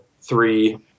three